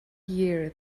year